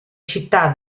città